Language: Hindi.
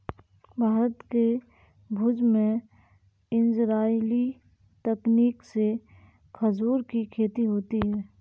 भारत के भुज में इजराइली तकनीक से खजूर की खेती होती है